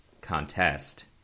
contest